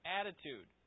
attitude